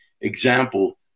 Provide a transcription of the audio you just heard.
Example